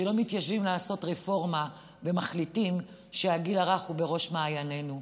שלא מתיישבים לעשות רפורמה ומחליטים שהגיל הרך הוא בראש מענייננו.